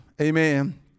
amen